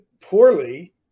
poorly